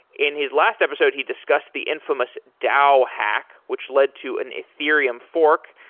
in his last episode, he discussed the infamous dao hack, which led to an ethereum fork,